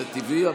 זה טבעי.